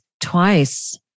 twice